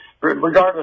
regardless